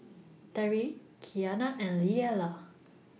Terri Qiana and Leala